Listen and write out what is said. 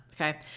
okay